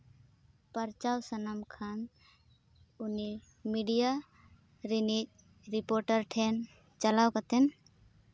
ᱯᱟᱨᱪᱟᱢ ᱥᱟᱱᱟᱢ ᱠᱷᱟᱱ ᱩᱱᱤ ᱢᱤᱰᱤᱭᱟ ᱨᱤᱱᱤᱡ ᱨᱤᱯᱳᱴᱟᱨ ᱴᱷᱮᱱ ᱪᱟᱞᱟᱣ ᱠᱟᱛᱮᱱ